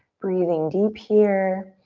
breathing deep here.